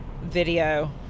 video